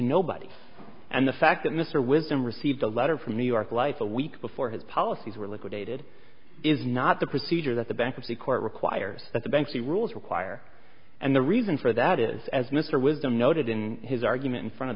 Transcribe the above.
nobody and the fact that mr wisdom received a letter from new york life a week before his policies were liquidated is not the procedure that the bankruptcy court requires that the banks the rules require and the reason for that is as mr wisdom noted in his argument